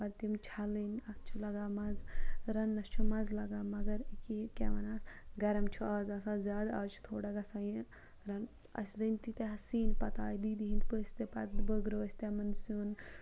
پَتہٕ تِم چھَلٕنۍ اَتھ چھُ لَگان مَزٕ رَننَس چھُ مَزٕ لَگان مَگَر یہِ کیاہ وَنان گَرَم چھُ آزٕ آسان آز چھُ تھوڑا گَژھان یہِ اَسہِ رٔنۍ تیٖتیٚاہ سِنۍ پَتہٕ آے دِیدی ہِنٛدۍ پٔژھۍ تہِ پَتہٕ بٲگروو اَسہِ تِمَن سیُن